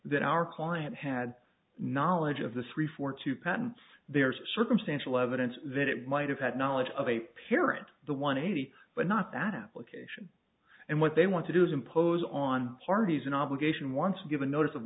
that our client had knowledge of the three for two patents there's circumstantial evidence that it might have had knowledge of a parent the one eighty but not the application and what they want to do is impose on parties an obligation once given notice